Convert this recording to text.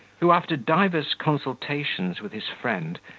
who, after divers consultations with his friend,